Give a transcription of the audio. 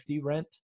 rent